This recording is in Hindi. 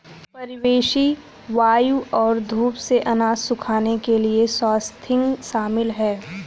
परिवेशी वायु और धूप से अनाज सुखाने के लिए स्वाथिंग शामिल है